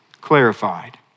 clarified